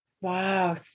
wow